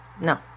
no